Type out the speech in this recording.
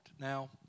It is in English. Now